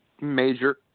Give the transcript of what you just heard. major